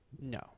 No